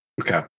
Okay